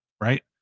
Right